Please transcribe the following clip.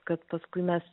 kad paskui mes